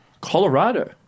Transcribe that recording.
Colorado